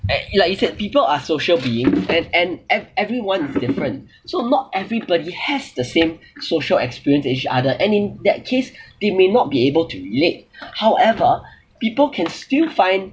like you said people are social beings and and ev~ everyone is different so not everybody has the same social experience as each other and in that case they may not be able to relate however people can still find